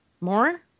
more